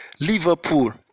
Liverpool